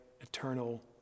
eternal